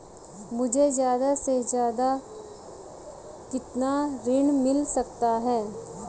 मुझे ज्यादा से ज्यादा कितना ऋण मिल सकता है?